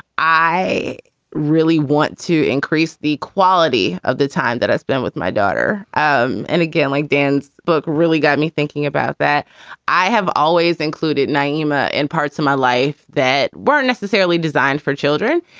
i really want to increase the quality of the time that i spend with my daughter. um and again, like dan's book really got me thinking about that i have always included nyima in parts of my life that weren't necessarily designed for children.